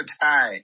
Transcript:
tie